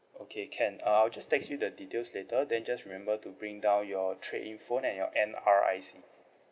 okay can uh I'll just text you the details later then just remember to bring down your trade in phone and your N_R_I_C